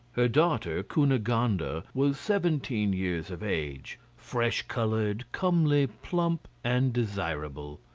her daughter cunegonde ah was seventeen years of age, fresh-coloured, comely, plump, and desirable.